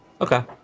Okay